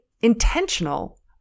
intentional